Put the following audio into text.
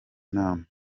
nama